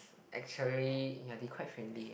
actually ya they quite friendly